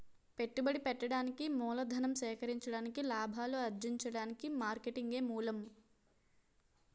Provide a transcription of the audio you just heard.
పెట్టుబడి పెట్టడానికి మూలధనం సేకరించడానికి లాభాలు అర్జించడానికి మార్కెటింగే మూలం